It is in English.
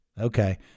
Okay